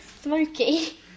smoky